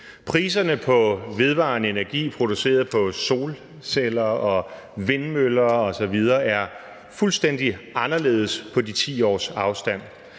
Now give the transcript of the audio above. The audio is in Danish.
Priserne på vedvarende energi produceret på solceller og vindmøller osv. er fuldstændig anderledes på de 10 års afstand.